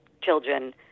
children